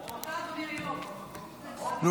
ההצעה להעביר את הצעת חוק זכויות הסטודנט (תיקון מס' 9,